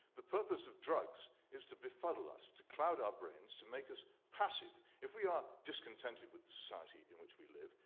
the purpose of drugs is to befuddle us, to cloud our brains, to make us passive. if we are discontented with the society in which we live,